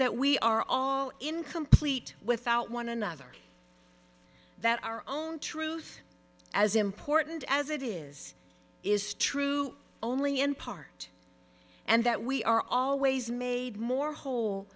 that we are all incomplete without one another that our own truth as important as it is is true only in part and that we are always made more whole